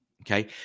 okay